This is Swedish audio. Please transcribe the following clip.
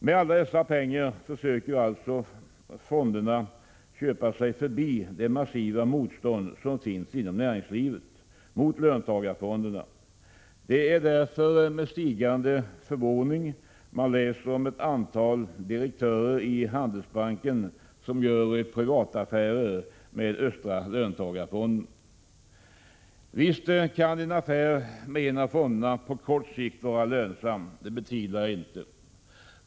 Med alla dessa pengar försöker alltså fonderna köpa sig förbi det massiva motstånd som finns inom näringslivet mot löntagarfonderna. Det är därför med stigande förvåning man läser om ett antal direktörer i Handelsbanken som gör privataffärer med östra löntagarfonden. Visst kan en affär med en av fonderna på kort sikt vara lönsam — det betvivlar jag inte.